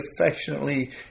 affectionately